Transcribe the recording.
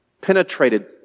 penetrated